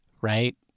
right